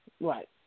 Right